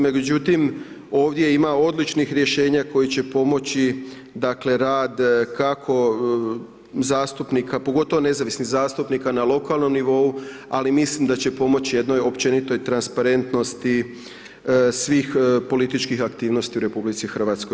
Međutim, ovdje ima odličnih rješenja koji će pomoći dakle rad kako zastupnika, pogotovo nezavisnih zastupnika na lokalnom nivou ali mislim da će pomoći jednoj općenitoj transparentnosti svih političkih aktivnosti u RH.